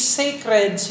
sacred